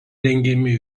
rengiami